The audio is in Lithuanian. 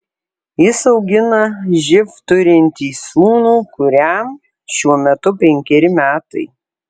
jis augina živ turintį sūnų kuriam šiuo metu penkeri metai